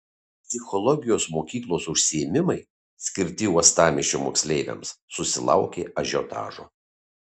psichologijos mokyklos užsiėmimai skirti uostamiesčio moksleiviams susilaukė ažiotažo